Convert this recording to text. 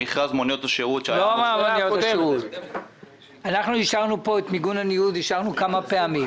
אנחנו אישרנו פה את מיגון הניוד כמה פעמים.